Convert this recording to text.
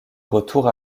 retour